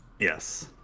Yes